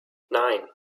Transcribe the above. nine